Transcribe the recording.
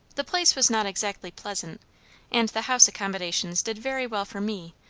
the place was not exactly pleasant and the house accommodations did very well for me,